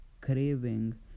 craving